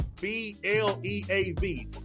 B-L-E-A-V